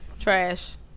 trash